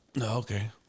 Okay